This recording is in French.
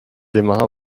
démarra